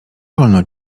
wolno